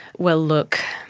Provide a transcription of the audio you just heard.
well look,